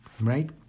right